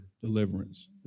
deliverance